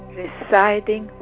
residing